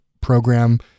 program